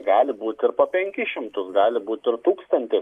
gali būti ir po penkis šimtus gali būti ir tūkstantis